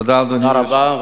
תודה רבה.